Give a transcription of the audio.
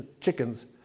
chickens